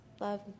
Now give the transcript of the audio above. Love